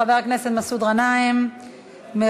חבר הכנסת מסעוד גנאים מרע"ם-תע"ל-מד"ע,